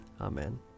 Amen